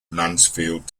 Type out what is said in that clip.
mansfield